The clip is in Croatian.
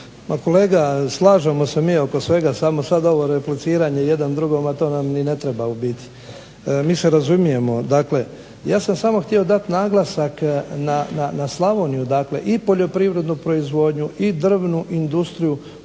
kolega slažemo se mi oko svega samo sad ovo repliciranje jedan drugom a to nam ni ne treba u biti. Mi se razumijemo. Dakle, ja sam samo htio dati naglasak na Slavoniju dakle i poljoprivrednu proizvodnju i drvnu industriju